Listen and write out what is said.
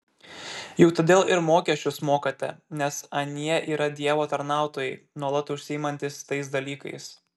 juk todėl ir mokesčius mokate nes anie yra dievo tarnautojai nuolat užsiimantys tais dalykais